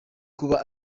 kuba